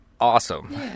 awesome